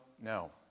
no